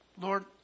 Lord